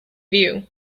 view